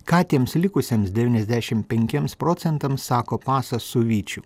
ką tiems likusiems devyniasdešim penkiems procentams sako pasas su vyčiu